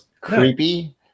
creepy